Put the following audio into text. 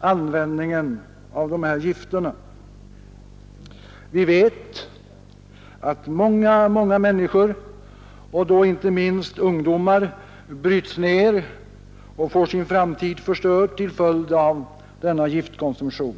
användningen av dessa gifter. Vi vet att många människor, inte minst ungdomar, bryts ner och får sin framtid förstörd till följd av denna giftkonsumtion.